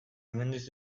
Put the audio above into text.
mendiz